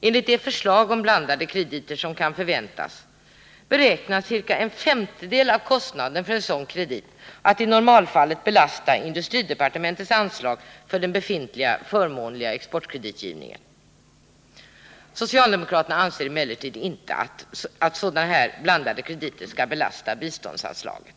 Enligt det förslag om blandade krediter som kan förväntas kan ca en femtedel av kostnaden för en sådan kredit beräknas i normalfallet komma att belasta industridepartementets anslag för den befintliga förmånliga exportkreditgivningen. Socialdemokraterna anser emellertid inte alls att sådana blandade krediter skall belasta biståndsanslaget.